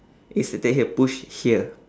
here push here